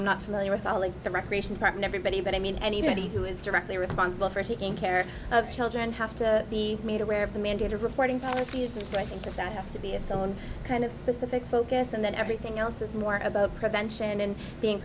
i'm not familiar with all of the recreation department everybody but i mean anybody who is directly responsible for taking care of children have to be made aware of the mandated reporting part of it i think of that have to be its own kind of specific focus and that everything else is more about prevention and being